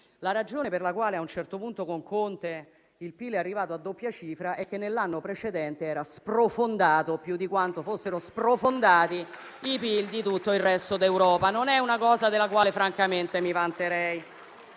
La ragione per la quale, a un certo punto, con Conte il PIL è arrivato a doppia cifra è che nell'anno precedente era sprofondato più di quanto fossero sprofondati i PIL di tutto il resto d'Europa. Non è una cosa della quale francamente mi vanterei.